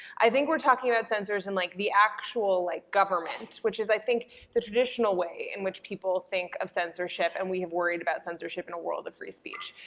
i think we're talking about censors in, like, the actual like government, which is i think the traditional way in which people think of censorship and we have worried about censorship in a world of free speech.